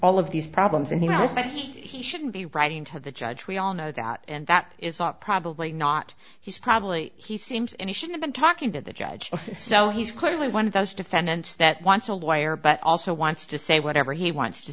all of these problems and he was right he shouldn't be writing to the judge we all know that and that is all probably not he's probably he seems and he should have been talking to the judge so he's clearly one of those defendants that wants a lawyer but also wants to say whatever he wants to